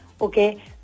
okay